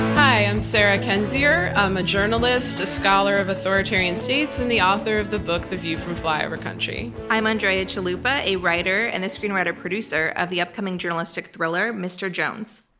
hi, i'm sarah kendzior. i'm a journalist, a scholar of authoritarian states, and the author of the book the view from flyover country. i'm andrea chalupa, a writer and the screenwriter and producer of the upcoming journalistic thriller mr. jones.